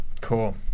Cool